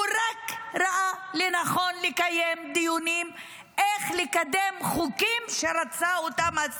הוא רק ראה לנכון לקיים דיונים על איך לקדם חוקים שהשר רצה אותם.